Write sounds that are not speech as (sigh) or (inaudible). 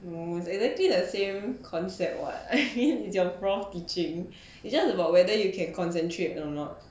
ugh it's exactly the same concept what (laughs) is your prof teaching it's just about whether you can concentrate or not